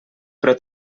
però